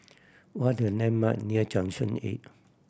what are the landmark near Junction Eight